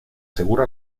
segura